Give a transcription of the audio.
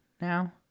now